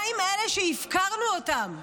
מה עם אלה שהפקרנו אותם,